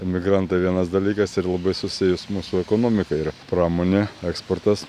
emigrantai vienas dalykas ir labai susiję su mūsų ekonomika ir pramonė eksportas